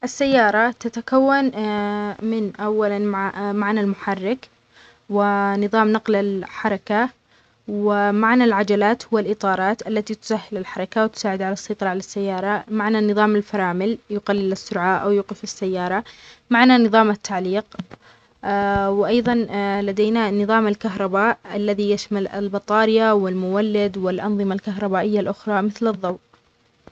السيارة تتكون من أولا م-معنا المحرك ونظام نقل الحركة، ومعنا العجلات والإطارات التي تسهل الحركة وتساعد على السيطرة على السيارة، معنا النظام الفرامل يقلل السرعة أو يقف السيارة، معنا نظام التعليق، وأيضا لدينا نظام الكهرباء الذي يشمل البطاريا والمولد والأنظمة الكهربائية الأخرى مثل الضوء.